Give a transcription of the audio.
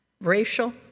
racial